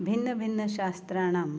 भिन्नभिन्न शास्त्राणाम्